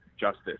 justice